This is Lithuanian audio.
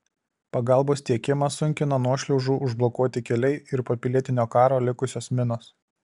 pagalbos tiekimą sunkina nuošliaužų užblokuoti keliai ir po pilietinio karo likusios minos